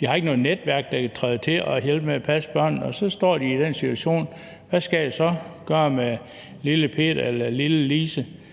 De har ikke noget netværk, der kan træde til og hjælpe med at passe børnene, og så står de i den situation: Hvad skal jeg så gøre med lille Peter eller lille Lise,